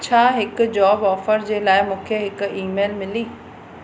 छा हिकु job offer जे लाइ मूंखे हिकु ईमेल मिली